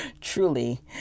Truly